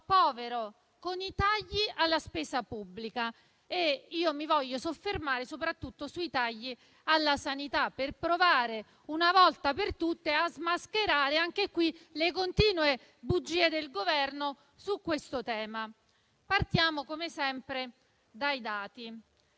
povero, con i tagli alla spesa pubblica. Mi vorrei soffermare soprattutto sui tagli alla sanità, per provare una volta per tutte a smascherare le continue bugie del Governo su questo tema. Partiamo come sempre dai dati: